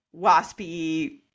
waspy